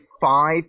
five